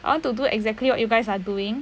I want to do exactly what you guys are doing